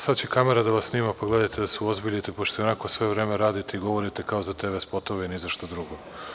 Sada će kamera da vas snima, pa gledajte da se uozbiljite, pošto i onako sve vreme radite i govorite kao za TV spotove i nizašta drugo.